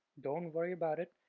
don't worry about it.